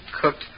cooked